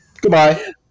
Goodbye